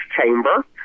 chamber